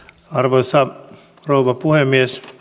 arvoisa rouva puhemies